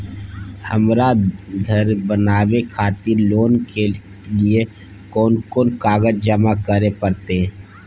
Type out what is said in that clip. हमरा धर बनावे खातिर लोन के लिए कोन कौन कागज जमा करे परतै?